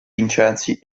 vincenzi